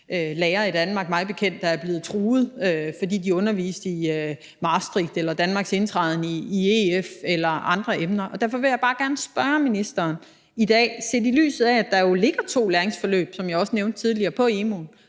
lærere i Danmark, der er blevet truet, fordi de underviste i Maastricht eller Danmarks indtræden i EF eller andre emner, og derfor vil jeg bare gerne spørge ministeren i dag set i lyset af, at der, som jeg også nævnte tidligere, jo ligger